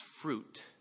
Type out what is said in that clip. fruit